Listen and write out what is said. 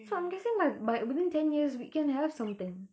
so I'm guessing like by within ten years we can have something